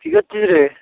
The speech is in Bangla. কি করছিস